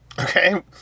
Okay